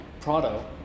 Prado